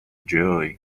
joy